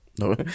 No